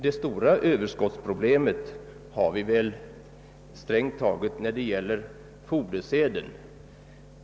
Det stora överskottsproblemet har vi väl strängt taget när det gäller fodersäden.